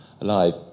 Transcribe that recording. alive